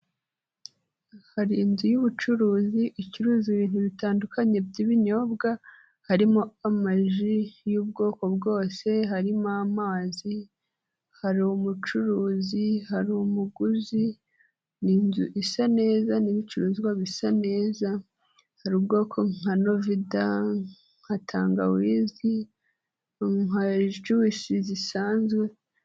Hari inzu y'ubucuruzi, icuruza ibintu bitandukanye by'ibinyobwa, harimo amaji y'ubwoko bwose, harimo amazi, hari umucuruzi, hari umuguzi, ni inzu isa neza n'ibicuruzwa bisa neza, hari ubwoko nka novida nka tangawizi, bamuhaye juyisi zisanzwe.